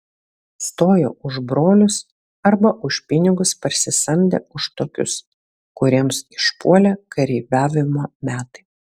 stojo už brolius arba už pinigus parsisamdę už tokius kuriems išpuolė kareiviavimo metai